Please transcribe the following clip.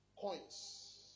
coins